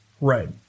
Right